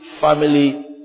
family